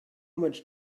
much